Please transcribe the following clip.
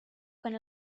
con